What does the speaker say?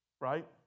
right